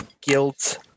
guilt